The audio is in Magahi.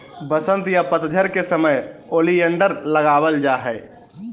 वसंत या पतझड़ के समय ओलियंडर लगावल जा हय